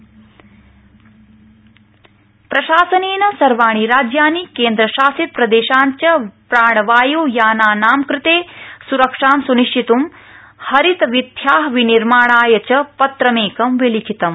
केन्द्र प्राणवाय् प्रशासनेन सर्वाणि राज्यानि केन्द्र शासित प्रदेशान् च प्राणवाय् यानानां कृते स्रक्षां सुनिश्चित्ं हरित वीथ्या विनिर्माणाय च पत्रमेकम् विलिखितम्